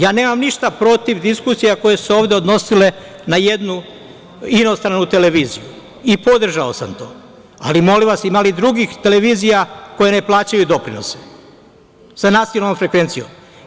Ja nemam ništa protiv diskusija koje su se ovde odnosile na jednu inostranu televiziju i podržao sam to, ali, molim vas, ima li drugih televizija koje ne plaćaju doprinose sa nacionalnom frekvencijom?